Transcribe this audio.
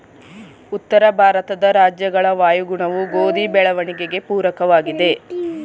ಉತ್ತರ ಭಾರತದ ರಾಜ್ಯಗಳ ವಾಯುಗುಣವು ಗೋಧಿ ಬೆಳವಣಿಗೆಗೆ ಪೂರಕವಾಗಿದೆ,